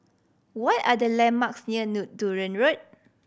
what are the landmarks near Dunearn Road